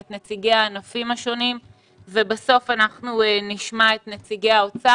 את נציגי הענפים השונים ובסוף אנחנו נשמע את נציגי האוצר.